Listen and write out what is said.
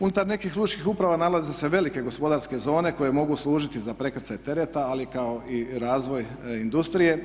Unutar nekih lučkih uprava nalaze se velike gospodarske zone koje mogu služiti za prekrcaj tereta ali kako i razvoj industrije.